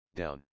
down